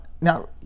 Now